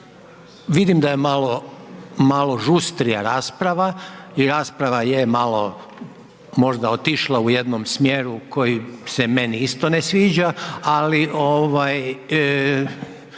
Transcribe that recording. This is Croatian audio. Vidim da je malo žustrija rasprava i rasprava je malo možda otišla u jednom smjeru koji se meni isto ne sviđa, ali